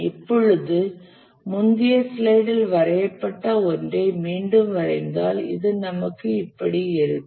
இப்பொழுது முந்தைய ஸ்லைடில் வரையப்பட்ட ஒன்றை மீண்டும் வரைந்தால் இது நமக்கு இப்படி இருக்கும்